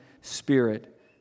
Spirit